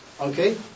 Okay